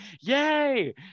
Yay